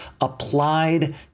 applied